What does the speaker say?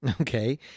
Okay